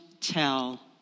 tell